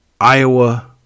iowa